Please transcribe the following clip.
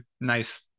nice